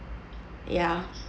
ya